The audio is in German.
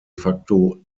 facto